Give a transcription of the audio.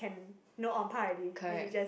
you know on par already then he just